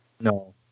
No